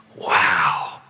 Wow